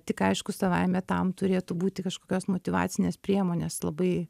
tik aišku savaime tam turėtų būti kažkokios motyvacinės priemonės labai